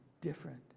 different